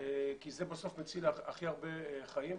כי זה בסוף מציל הכי הרבה חיים,